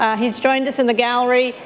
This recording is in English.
ah he has joined us in the gallery.